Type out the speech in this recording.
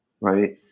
right